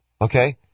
Okay